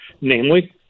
namely